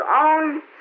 own